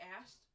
asked